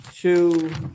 two